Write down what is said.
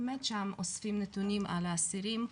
שם אוספים נתונים על האסירים,